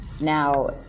Now